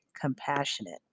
compassionate